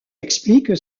explique